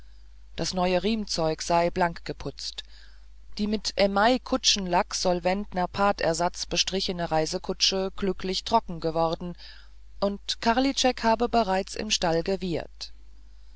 das neue riemzeug sei blank geputzt die mit email kutschenlacksolventnaphtaersatz gestrichene reisekutsche glücklich trocken geworden und karlitschek habe bereits im stall gewiehert